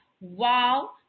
Wow